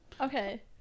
Okay